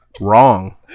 Wrong